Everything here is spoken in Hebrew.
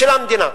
של המדינה.